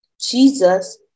Jesus